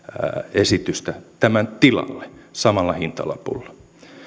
esitystä tämän tilalle samalla hintalapulla